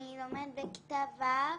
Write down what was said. אני לומדת בכיתה ו',